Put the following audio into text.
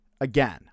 again